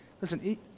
Listen